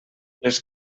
les